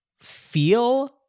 feel